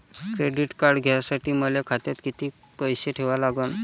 Credit card घ्यासाठी मले खात्यात किती पैसे ठेवा लागन?